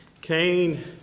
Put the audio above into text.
Cain